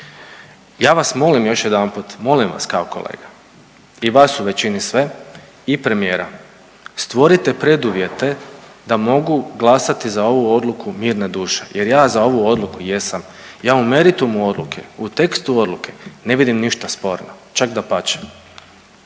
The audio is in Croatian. Ja vas molim još jedanput, molim vas kao kolega i vas u većini sve i premijera stvorite preduvjete da mogu glasati za ovu odluku mirne duše, jer ja za ovu odluku jesam. Ja u meritumu odluke, u tekstu odluke ne vidim ništa sporno, čak dapače.